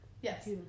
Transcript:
Yes